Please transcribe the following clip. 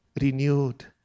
renewed